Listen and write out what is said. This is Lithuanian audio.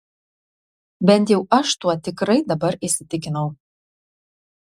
bent jau aš tuo tikrai dabar įsitikinau